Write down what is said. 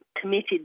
committed